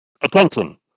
attention